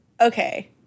okay